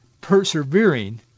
persevering